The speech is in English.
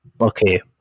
okay